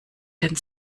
den